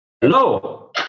Hello